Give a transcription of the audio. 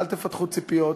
אל תפתחו ציפיות,